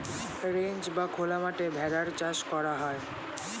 ranch বা খোলা মাঠে ভেড়ার চাষ করা হয়